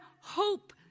hope